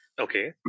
Okay